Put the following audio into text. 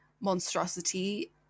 monstrosity